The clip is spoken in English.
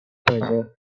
pressure